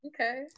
okay